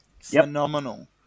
Phenomenal